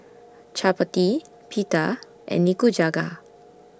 Chapati Pita and Nikujaga